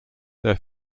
their